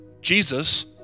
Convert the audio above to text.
Jesus